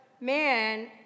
man